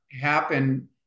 happen